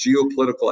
geopolitical